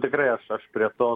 tikrai aš aš prie to